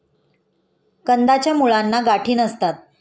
कंदाच्या मुळांना गाठी नसतात